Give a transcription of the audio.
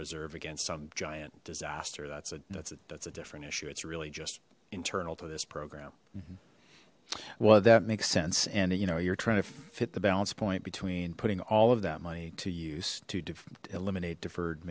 reserve against some giant disaster that's a that's that's a different issue it's really just internal to this program well that makes sense and you know you're trying to fit the balance point between putting all of that money to use to eliminate deferred